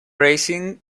racing